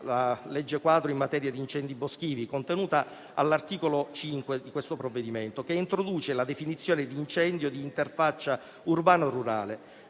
la legge quadro in materia di incendi boschivi, contenuta all'articolo 5 di questo provvedimento, che introduce la definizione di incendio di interfaccia urbano-rurale